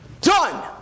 Done